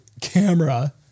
camera